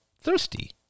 Thirsty